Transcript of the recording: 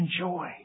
enjoy